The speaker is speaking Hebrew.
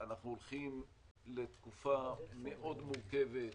אנחנו הולכים לתקופה מאוד מורכבת,